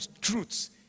truths